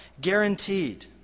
guaranteed